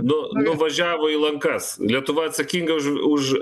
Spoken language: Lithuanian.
nu nuvažiavo į lankas lietuva atsakinga už už